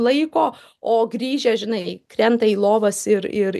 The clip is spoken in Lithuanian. laiko o grįžę žinai krenta į lovas ir ir